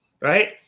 right